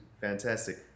fantastic